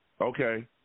Okay